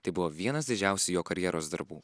tai buvo vienas didžiausių jo karjeros darbų